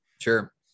Sure